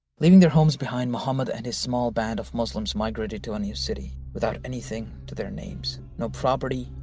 leaving their homes behind muhammad and his small band of muslims migrated to a new city without anything to their names. no property.